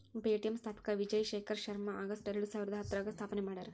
Paytm ಸ್ಥಾಪಕ Vijay Shekhar Sharma August ಎರಡಸಾವಿರದ ಹತ್ತರಾಗ ಸ್ಥಾಪನೆ ಮಾಡ್ಯಾರ